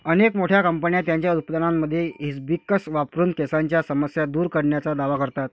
अनेक मोठ्या कंपन्या त्यांच्या उत्पादनांमध्ये हिबिस्कस वापरून केसांच्या समस्या दूर करण्याचा दावा करतात